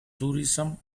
tourism